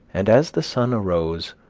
and, as the sun arose,